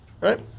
Right